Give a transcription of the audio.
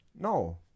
No